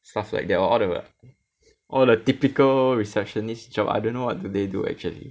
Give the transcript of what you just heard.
stuff like that lor all the all the typical receptionist job I don't know what do they do actually